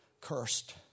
cursed